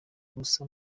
gusa